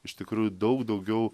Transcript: iš tikrųjų daug daugiau